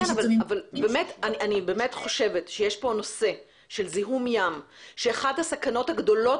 אבל אני באמת חושבת שיש פה נושא של זיהום ים שאחת הסכנות הגדולות